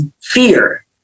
fear